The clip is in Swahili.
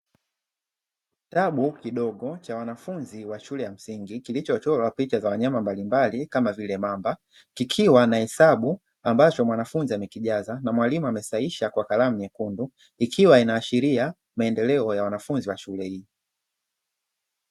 Kitabu kidogo cha wanafunzi wa shule ya msingi kilichochorwa picha za wanyama mbalimbali kama vile mamba. Kikiwa na hesabu ambacho mwanafunzi amekijaza na mwalimu amesahisha kwa karamu nyekundu. Ikiwa inaashiria maendeleo ya wanafunzi wa shule hii.